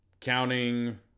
counting